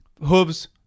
Hooves